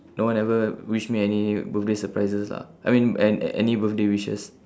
no one ever wish me any birthday surprises lah I mean an~ any birthday wishes